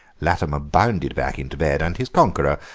latimer bounded back into bed, and his conqueror,